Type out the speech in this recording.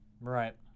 Right